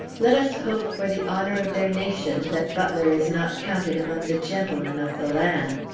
let us hope for the honor of their nation that butler is not counted among the gentlemen of the land.